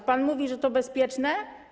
A pan mówi, że to bezpieczne.